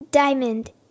Diamond